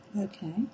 Okay